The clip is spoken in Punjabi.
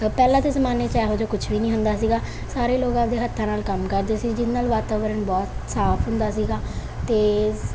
ਪਹਿਲਾਂ ਦੇ ਜਮਾਨੇ 'ਚ ਇਹੋ ਜਿਹਾ ਕੁਛ ਵੀ ਨਹੀਂ ਹੁੰਦਾ ਸੀ ਸਾਰੇ ਲੋਕ ਆਪਦੇ ਹੱਥਾਂ ਨਾਲ ਕੰਮ ਕਰਦੇ ਸੀ ਜਿਹਦੇ ਨਾਲ ਵਾਤਾਵਰਨ ਬਹੁਤ ਸਾਫ ਹੁੰਦਾ ਸੀਗਾ ਤੇ